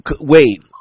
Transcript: Wait